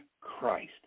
Christ